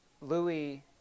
Louis